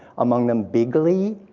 among them, bigley.